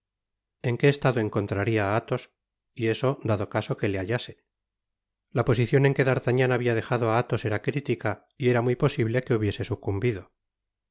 en qué estado encontraría á athos y eso dado caso que le bailase la posicion en que d'artagnan habia dejado á athos era crítica y era muy posible que hubiese sucumbido